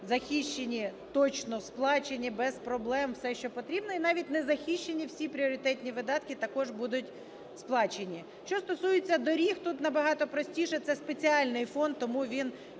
захищені, точно сплачені, без проблем, все, що потрібно, і навіть незахищені, всі пріоритетні видатки також будуть сплачені. Що стосується доріг, тут набагато простіше. Це спеціальний фонд, тому він